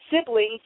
siblings